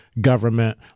government